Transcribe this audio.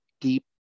deep